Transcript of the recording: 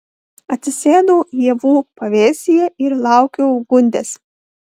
atsisėdau ievų pavėsyje ir laukiau gundės